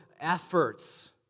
efforts